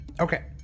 Okay